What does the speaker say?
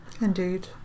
Indeed